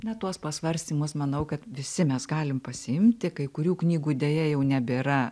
na tuos pasvarstymus manau kad visi mes galim pasiimti kai kurių knygų deja jau nebėra